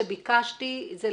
שביקשתי,